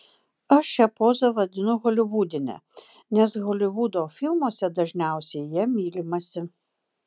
aš šią pozą vadinu holivudine nes holivudo filmuose dažniausiai ja mylimasi